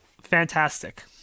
fantastic